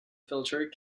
filter